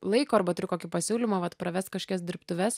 laiko arba turiu kokį pasiūlymą vat pravest kažkokias dirbtuves